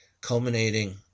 culminating